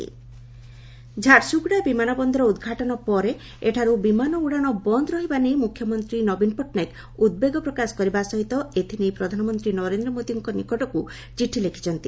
ଚିଠି ଲେଖୁଲେ ନବୀନ ଝାରସୁଗୁଡ଼ା ବିମାନ ବନ୍ଦର ଉଦ୍ଘାଟନ ପରେ ଏଠାରୁ ବିମାନ ଉଡ଼ାଣ ବନ୍ଦ ରହିବା ନେଇ ମୁଖ୍ୟମନ୍ତୀ ନବୀନ ପଟ୍ଟନାୟକ ଉଦ୍ବେଗ ପ୍ରକାଶ କରିବା ସହିତ ଏଥିନେଇ ପ୍ରଧାନମନ୍ତୀ ନରେନ୍ଦ୍ର ମୋଦିଙ୍କ ନିକଟକୁ ଚିଠି ଲେଖୁଛନ୍ତି